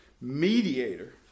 mediator